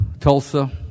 Tulsa